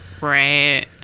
Right